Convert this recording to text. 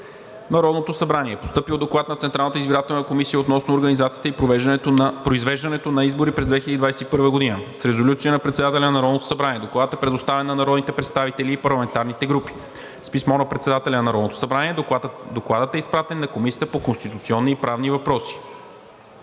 Народното събрание е постъпил Доклад на Централната избирателна комисия относно организацията и произвеждането на избори през 2021 г. С резолюция на председателя на Народното събрание Докладът е предоставен на народните представители и парламентарните групи. С писмо на председателя на Народното събрание Докладът е изпратен на Комисията по конституционни и правни въпроси.